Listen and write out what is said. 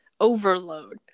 overload